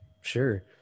Sure